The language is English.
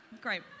Great